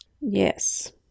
yes